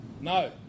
no